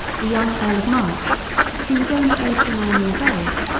the young earl of march who was only eight or nine years old,